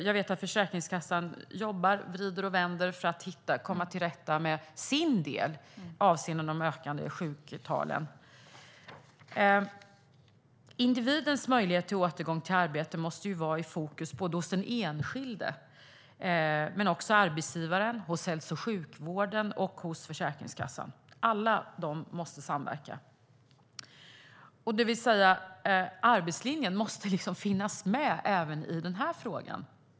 Jag vet att Försäkringskassan jobbar med - vrider och vänder på - detta för att komma till rätta med sin del avseende de ökande sjuktalen. Individens möjlighet till återgång till arbete måste vara i fokus inte bara hos den enskilde utan också hos arbetsgivaren, hälso och sjukvården och Försäkringskassan. Alla måste samverka. Det innebär att arbetslinjen måste finnas med även i denna fråga.